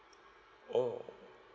oh